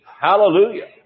Hallelujah